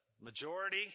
majority